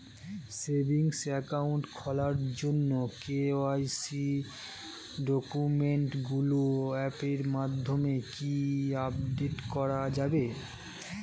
Savings account খোলার জন্য KYC ডকুমেন্টগুলো অ্যাপের মাধ্যমে কি আপডেট করা যাবে?